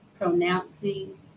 pronouncing